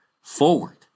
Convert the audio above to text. forward